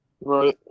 Right